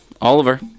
Oliver